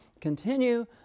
continue